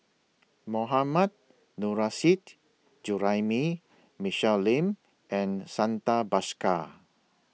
Mohammad Nurrasyid Juraimi Michelle Lim and Santha Bhaskar